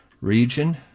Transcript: region